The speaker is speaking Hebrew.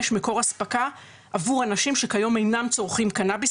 מקור הספקה עבור אנשים שכיום אינם צורכים קנאביס,